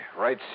right